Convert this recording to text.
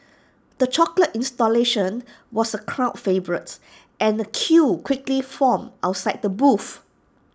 the chocolate installation was A crowd favourite and A queue quickly formed outside the booth